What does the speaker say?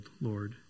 Lord